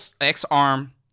X-Arm